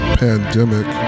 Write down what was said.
pandemic